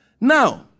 Now